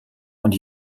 und